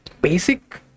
Basic